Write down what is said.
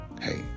hey